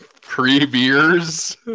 pre-beers